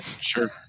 Sure